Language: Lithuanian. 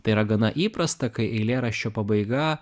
tai yra gana įprasta kai eilėraščio pabaiga